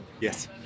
Yes